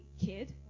kid